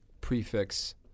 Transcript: prefix